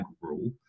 rule